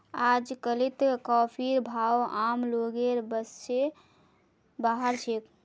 अजकालित कॉफीर भाव आम लोगेर बस स बाहर छेक